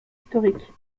historiques